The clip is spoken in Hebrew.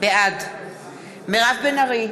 בעד מירב בן ארי,